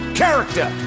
character